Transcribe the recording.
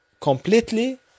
completely